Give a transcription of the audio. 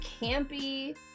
campy